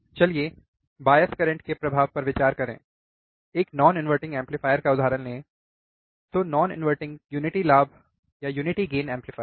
चलिए bias current के प्रभाव पर विचार करें एक नॉन इनवर्टिंग एम्पलीफायर का उदाहरण ले तो नॉन इन्वर्टिंग यूनिटी लाभ एम्पलीफायर